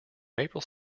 maple